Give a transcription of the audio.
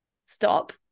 stop